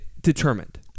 determined